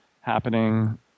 happening